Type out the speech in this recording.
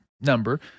number